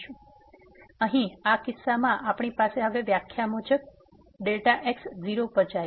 તેથી અહીં આ કિસ્સામાં આપણી પાસે હવે વ્યાખ્યા મુજબ છે અને Δx 0 પર જાય છે